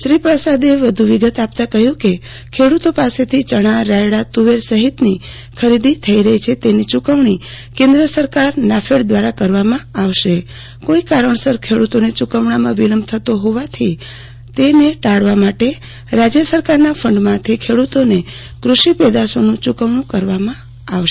શ્રી પ્રસાદે વધુ વિગત આપતાં કહ્યું કે ખેડુ તો પાસેથી ચણા રાયડા તુ વેર સહિતની ખરીદી થઇ રહી છે તેની યુકવણી કેન્દ્ર સરકારના ફેડ દ્વારા કરવામાં આવે છે કોઇ કારણસર ખેડૂતોને યુ કવણામાં વિલંબ થતો હોવાથી તે ટાળવા રાજ્ય સરકારના ફંડમાંથી ખેડુ તોને કૃષિપે દાશોનું યુ કવણું કરવામાં આવશે